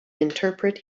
interpret